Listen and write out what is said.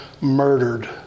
murdered